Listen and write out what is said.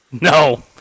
No